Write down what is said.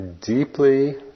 deeply